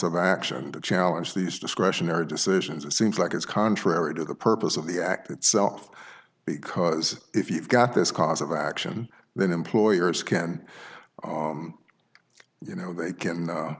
of action to challenge these discretionary decisions it seems like it's contrary to the purpose of the act itself because if you've got this cause of action then employers can you know they can